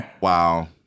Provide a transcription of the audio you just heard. Wow